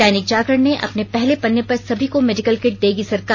दैनिक जागरण ने अपने पहले पन्ने पर सभी को मेडिकल किट देगी सरकार